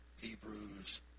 Hebrews